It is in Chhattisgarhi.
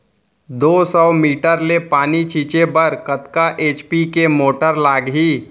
दो सौ मीटर ले पानी छिंचे बर कतका एच.पी के मोटर लागही?